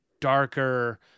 darker